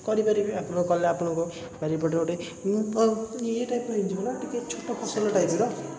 କରିପାରିବେ ଆପଣ କଲେ ଆପଣଙ୍କ ବାରିପଟରେ ଗୋଟେ ଇଏ ଟାଇପ୍ର ହେଇଯିବ ନା ଟିକିଏ ଛୋଟ ଫସଲ ଟାଇପ୍ର